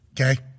Okay